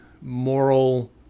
moral